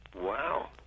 Wow